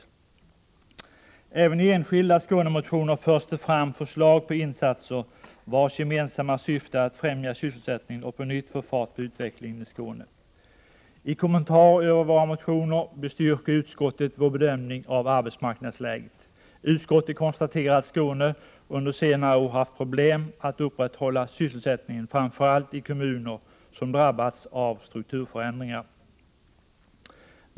Även i enskilda skånemotioner förs det fram förslag på insatser, vilkas gemensamma syfte är att främja sysselsättningen och på nytt få fart på utvecklingen i Skåne. I kommentarer över våra motioner bestyrker utskottet vår bedömning av arbetsmarknadsläget. Utskottet konstaterar att Skåne under senare år haft problem att upprätthålla sysselsättningen framför allt i kommuner som drabbats av strukturförändringar.